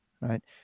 right